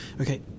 Okay